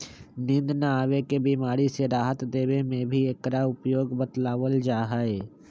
नींद न आवे के बीमारी से राहत देवे में भी एकरा उपयोग बतलावल जाहई